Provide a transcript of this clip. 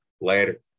Later